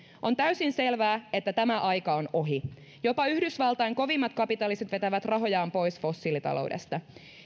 on täysin selvää että tämä aika on ohi jopa yhdysvaltain kovimmat kapitalistit vetävät rahojaan pois fossiilitaloudesta